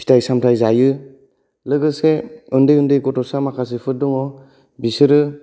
फिथाइ सामथाइ जायो लोगोसे उन्दै उन्दै गथ'सा माखासेफोर दङ' बिसोरो